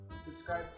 Subscribe